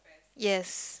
yes